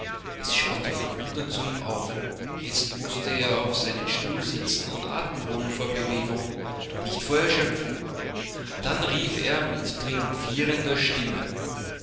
es schaute verwundert zu ihm auf jetzt mußte er auf seinen stuhl sitzen und atem holen vor bewegung nicht vor erschöpfung dann rief er mit triumphierender stimme